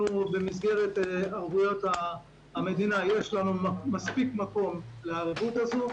במסגרת ערבויות המדינה יש לנו מספיק מקום לערבות הזאת.